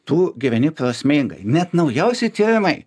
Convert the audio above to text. tu gyveni prasmingai net naujausi tyrimai